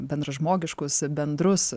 bendražmogiškus bendrus